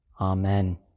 Amen